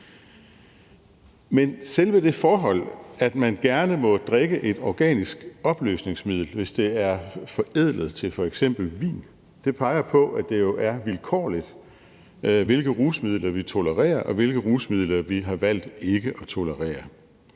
Men selve det forhold, at man gerne må drikke et organisk opløsningsmiddel, hvis det er forædlet til f.eks. vin, peger på, at det jo er vilkårligt, hvilke rusmidler vi tolererer, og hvilke rusmidler vi har valgt ikke at tolerere.